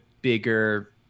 bigger